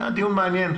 היה דיון מעניין.